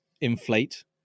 inflate